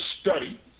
study